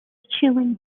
chilling